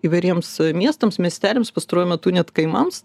įvairiems miestams miesteliams pastaruoju metu net kaimams